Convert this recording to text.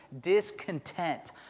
discontent